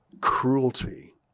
cruelty